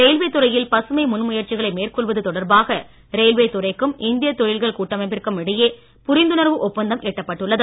railway துறையில் பசுமை முன்முயற்சிகளை மேற்கொள்வது ரயில்வே துறைக்கும் தொழில்கள் தொடர்பாக இந்திய கூட்டமைப்பிற்கும இடையே புரிந்துணர்வு ஒப்பந்தம் எட்டப்பட்டுள்ளது